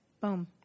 boom